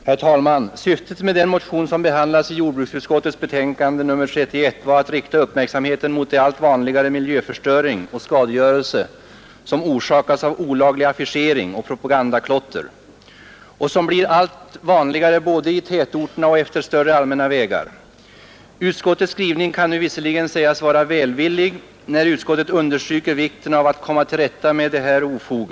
Herr talman! Syftet med den motion som behandlas i jordbruksutskottets betänkande nr 31 var att rikta uppmärksamheten mot den allt vanligare miljöförstöring och skadegörelse som orsakas av olaglig affischering och propagandaklotter och som blir allt vanligare både i tätorterna och efter större allmänna vägar. Utskottets skrivning kan visserligen sägas vara välvillig, när utskottet understryker vikten av att komma till rätta med detta ofog.